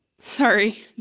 Sorry